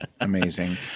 Amazing